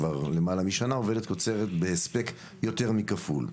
כבר למעלה משנה עובדת קוצרת בהספק יותר מכפול.